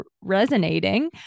resonating